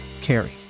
Carrie